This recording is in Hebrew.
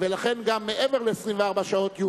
ולכן יוצבע גם מעבר ל-24 שעות.